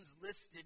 listed